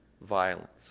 violence